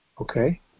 Okay